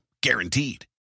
guaranteed